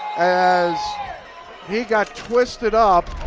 as he got twisted up.